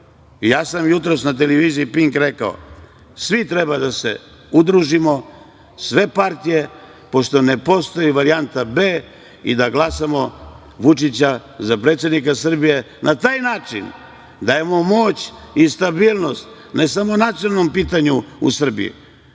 Ja sam jutros na televiziji „Pink“ rekao da svi treba da se udružimo, sve partije, pošto ne postoji varijanta B, i da glasamo Vučića za predsednika Srbije. Na taj način dajemo moć i stabilnost, ne samo nacionalnom pitanju u Srbiji,